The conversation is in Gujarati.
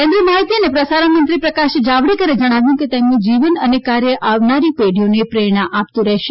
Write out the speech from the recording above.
કેન્દ્રિય માહિતી અને પ્રસારણ મંત્રી પ્રકાશ જાવડેકરે જણાવ્યું છે કે તેમનું જીવન અને કાર્ય આવનાર પેઢીઓને પ્રેરણા આપતું રહેશે